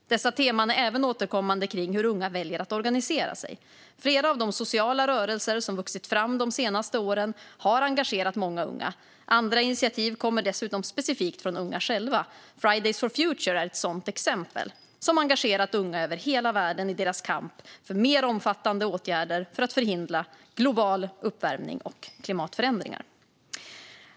Dessa teman är även återkommande kring hur unga väljer att organisera sig. Flera av de sociala rörelser som har vuxit fram de senaste åren har engagerat många unga, och andra initiativ kommer dessutom specifikt från unga själva. Fridays for Future är ett sådant exempel som engagerat unga över hela världen i deras kamp för mer omfattande åtgärder för att förhindra global uppvärmning och klimatförändringar.